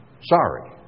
Sorry